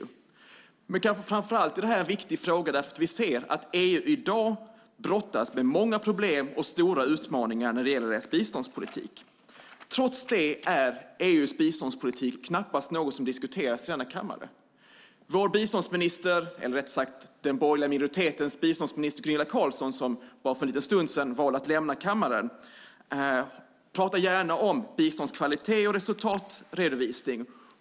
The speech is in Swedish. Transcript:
Men det här är kanske framför allt en viktig fråga därför att vi ser att EU i dag brottas med många problem och stora utmaningar när det gäller biståndspolitiken. Trots det är EU:s biståndspolitik knappast något som diskuteras i denna kammare. Vår biståndsminister eller, rättare sagt, den borgerliga minoritetens biståndsminister Gunilla Carlsson, som för bara en liten stund sedan valde att lämna kammaren, pratar gärna om biståndskvalitet och resultatredovisning.